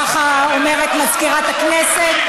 ככה אומרת מזכירת הכנסת.